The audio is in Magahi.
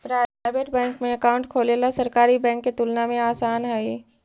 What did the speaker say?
प्राइवेट बैंक में अकाउंट खोलेला सरकारी बैंक के तुलना में आसान हइ